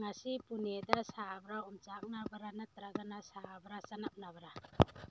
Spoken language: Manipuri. ꯉꯁꯤ ꯄꯨꯅꯦꯗ ꯁꯥꯕ꯭ꯔꯥ ꯑꯣꯝꯆꯥꯛꯅꯕꯔꯥ ꯅꯠꯇ꯭ꯔꯒ ꯁꯥꯕꯔꯥ ꯆꯅꯞꯅꯕ꯭ꯔꯥ